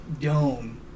dome